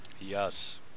Yes